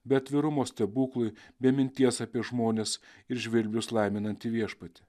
be atvirumo stebuklui be minties apie žmones ir žvirblius laiminantį viešpatį